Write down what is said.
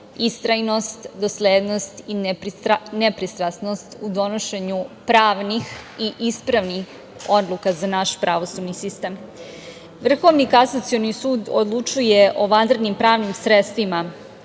istrajnost i doslednost i ne pristrasnost u donošenju pravnih i ispravnih odluka za naš pravosudni sistem. Vrhovni kasacioni sud odlučuje o vanrednim pravnim sredstvima,